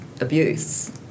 abuse